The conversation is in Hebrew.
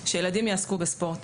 היא שילדים יעסקו בספורט.